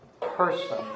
person